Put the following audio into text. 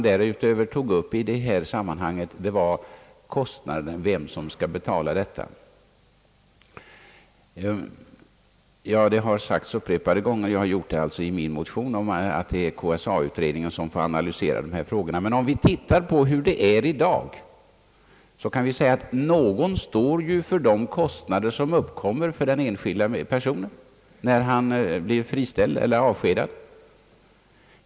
Därutöver tog man i detta sammanhang upp frågan om vem som skall betala kostnaden för denna trygghet. Det har sagts upprepade gånger — och jag har sagt i min motion att det är KSA-utredningen som får analysera dessa frågor. Men om vi ser på dagens situation kan vi konstatera, att någon står för de kostnader som uppkommer för en enskild person när han blir friställd eller avskedad.